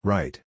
Right